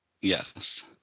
Yes